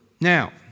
Now